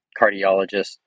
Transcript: cardiologist